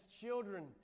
children